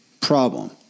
problem